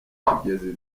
utugezi